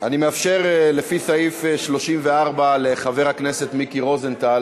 אני מאפשר, לפי סעיף 34, לחבר הכנסת מיקי רוזנטל